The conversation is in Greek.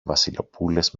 βασιλοπούλες